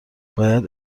باید